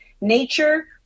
nature